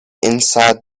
inside